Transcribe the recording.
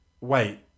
wait